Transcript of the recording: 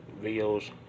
videos